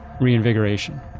reinvigoration